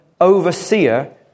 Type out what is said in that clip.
overseer